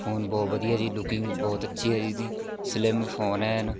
phone ਬਹੁਤ ਵਧੀਆ ਜੀ ਲੁਕਿੰਗ ਬਹੁਤ ਅੱਛੀ ਹੈ ਜੀ ਇਹਦੀ ਸਲਿਮ ਫੋਨ ਹੈ ਐਨ